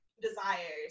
desires